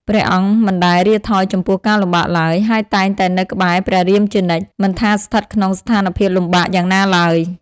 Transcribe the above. ព្រះអង្គមិនដែលរាថយចំពោះការលំបាកឡើយ ហើយតែងតែនៅក្បែរព្រះរាមជានិច្ច មិនថាស្ថិតក្នុងស្ថានភាពលំបាកយ៉ាងណាឡើយ ។